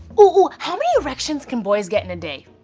ooh, how many erections can boys get in a day?